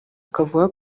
akavuga